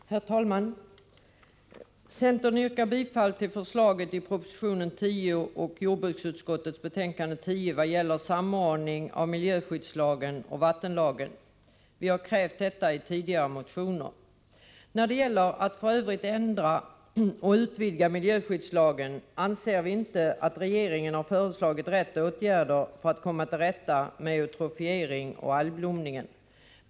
Herr talman! Centern yrkar bifall till förslagen i proposition 10 och jordbruksutskottets betänkande 10 vad gäller samordning av miljöskyddslagen och vattenlagen. Detta har vi krävt i tidigare motioner. När det gäller att i övrigt ändra och utvidga miljöskyddslagen anser vi dock inte att regeringen har föreslagit rätt åtgärder för att komma till rätta med eutrofieringen och algblomningen.